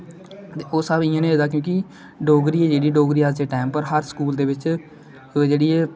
ओह् सब एहदे कन्ने गे होए दा क्योकि डोगरी ऐ जेहडी डोगरी अज्ज दे टाइम उप्पर हर स्कूल दे बिच जेहड़ी ऐ